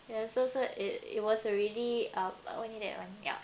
ya so so it it was already um one minute ya